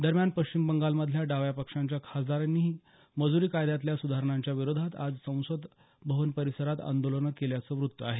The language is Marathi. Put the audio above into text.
दरम्यान पश्चिम बंगालमधल्या डाव्या पक्षाच्या खासदारांनीही मजूरी कायद्यातल्या सुधारणांच्या विरोधात आज संसद भवन परिसरात आंदोलन केल्याचं वृत्त आहे